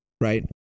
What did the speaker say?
right